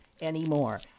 anymore